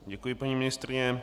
Děkuji, paní ministryně.